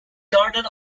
garden